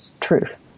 truth